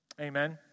Amen